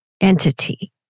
entity